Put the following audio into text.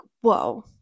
whoa